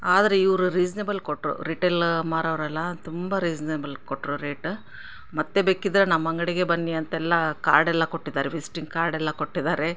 ಆದರೆ ಇವರು ರೀಸ್ನೇಬಲ್ ಕೊಟ್ಟರು ರಿಟೆಲ್ ಮಾರೋರಲ್ಲಾ ತುಂಬ ರೀಸ್ನೇಬಲ್ ಕೊಟ್ಟರು ರೇಟ್ ಮತ್ತು ಬೇಕಿದ್ದರೆ ನಮ್ಮ ಅಂಗಡಿಗೇ ಬನ್ನಿ ಅಂತೆಲ್ಲಾ ಕಾರ್ಡೆಲ್ಲ ಕೊಟ್ಟಿದ್ದಾರೆ ವಿಸಿಟಿಂಗ್ ಕಾರ್ಡೆಲ್ಲ ಕೊಟ್ಟಿದ್ದಾರೆ